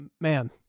man